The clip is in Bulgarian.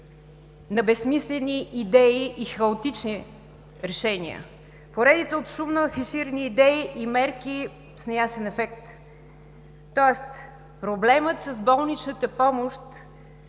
на безсмислени идеи и хаотични решения, поредица от шумно афиширани идеи и мерки с неясен ефект. Тоест проблемът с болничната помощ